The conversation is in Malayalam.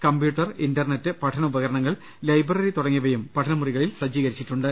കമ്പ്യൂട്ടർ ട ഇന്റർനെറ്റ് പഠന ഉപകരണങ്ങൾ ലൈബ്രറി തുടങ്ങിവയും പഠനമുറികളിൽ സജ്ജീ കരിച്ചിട്ടുണ്ട്